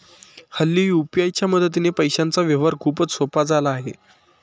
हल्ली यू.पी.आय च्या मदतीने पैशांचा व्यवहार खूपच सोपा झाला आहे